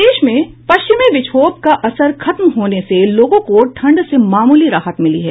प्रदेश में पश्चिमी विक्षोभ का असर खत्म होने से लोगों को ठंड से मामूली राहत मिली है